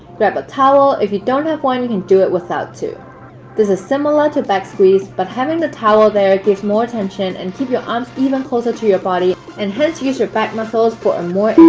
grab a towel if you don't have one you can do it without too this is similar to back squeeze but having the towel there it gives more tension and keep your arms even closer to your body and hence you use your back muscles for a more